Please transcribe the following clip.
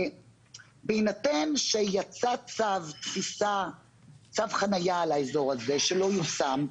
בהינתן שיצא צו חנייה לאזור הזה, שלא יושם,